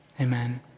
Amen